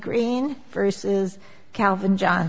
green versus calvin john